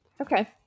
okay